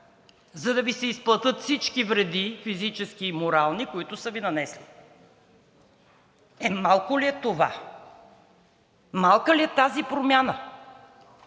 за да Ви се изплатят всички вреди – физически и морални, които са Ви нанесли. Е, малко ли е това? Малка ли е тази промяна?